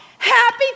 Happy